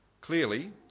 Clearly